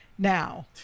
Now